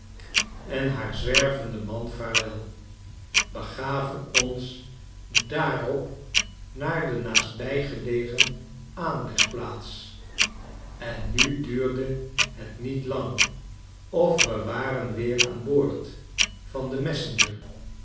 en haar zwervenden man vaarwel begaven ons daarop naar de naastbijgelegen aanlegplaats en nu duurde het niet lang of we waren weer aan boord van de messenger